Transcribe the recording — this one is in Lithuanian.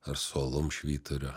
ar su alum švyturio